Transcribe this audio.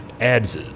adds